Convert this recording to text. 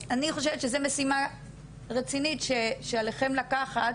אני חושבת שזה משימה רצינית שעליכם לקחת,